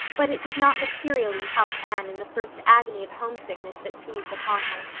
but it did not materially help anne in the first agony of homesickness that seized upon her.